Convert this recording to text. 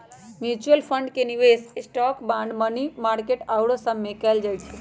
mutual fund के निवेश stock, bond, money market आउरो सभमें कएल जाइ छइ